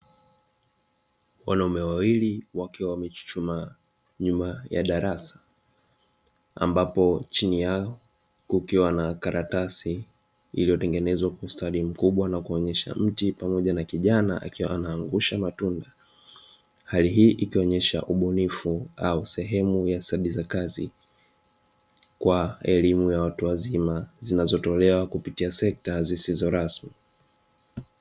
Wanaume wawili wakiwa wamechuchumaa, nyuma ya darasa ambapo chini yao kukiwa na karatasi iliyotengenezwa kwa ustadi mkubwa na kuonyesha mti pamoja na kijana akiwa anaangusha matunda. Hali hii ikionyesha ubunifu au sehemu ya stadi za kazi kwa elimu ya watu wazima zinazotolewa kupitia sekta zisizorasmi.